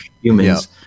humans